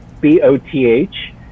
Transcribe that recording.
B-O-T-H